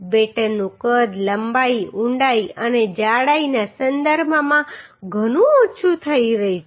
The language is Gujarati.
બેટનનું કદ લંબાઈ ઊંડાઈ અને જાડાઈના સંદર્ભમાં ઘણું ઓછું થઈ રહ્યું છે